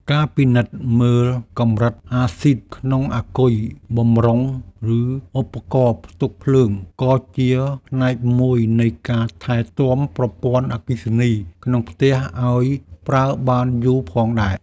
ការពិនិត្យមើលកម្រិតអាស៊ីតក្នុងអាគុយបម្រុង ឬឧបករណ៍ផ្ទុកភ្លើង ក៏ជាផ្នែកមួយនៃការថែទាំប្រព័ន្ធអគ្គិសនីក្នុងផ្ទះឱ្យប្រើបានយូរផងដែរ។